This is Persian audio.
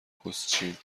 پستچیم